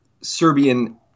Serbian